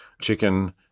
chicken